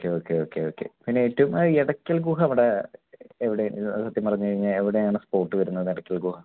okay okay okay okay പിന്നെ ഏറ്റവും ആ എടക്കൽ ഗുഹ അവിടെ എവിടെയാ അത് സത്യം പറഞ്ഞ് കഴിഞ്ഞാൽ എവിടെയാണ് സ്പോട്ട് വരുന്നത് എടക്കൽ ഗുഹ